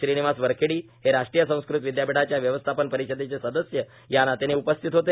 श्रीनिवास वरखेडी हे राष्ट्रीय संस्कृत विद्यापीठाच्या व्यवस्थापन परिषदेचे सदस्य या नात्याने उपस्थित होते